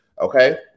Okay